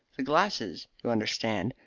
the glasses, you understand,